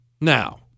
Now